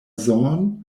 zorn